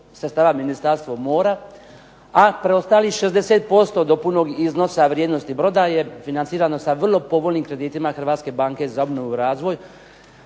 sredstava Ministarstvo mora, a preostalih 60% do punog iznosa vrijednosti broda je financirano sa vrlo povoljnim kreditima Hrvatske banke za ovnovu i razvoj